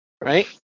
right